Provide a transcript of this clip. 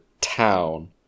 town